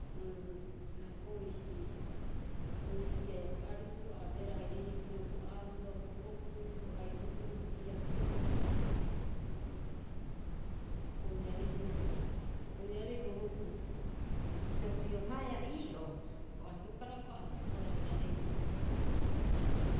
Rapoisi, rapoisi haia bo aripu a abeehara airaire pirio bo auba, bo okuu, bo aitokoro, bo kirako'oro, oiraarei oo'ore, oiraarei bo rukutu. Bisio piohaea ii'oo, bo atukara hioko'i a hokobohara oiraarei bo rukutu.